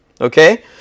Okay